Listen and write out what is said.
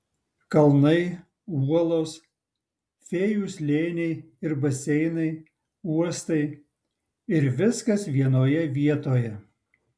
kalnai uolos fėjų slėniai ir baseinai uostai ir viskas vienoje vietoje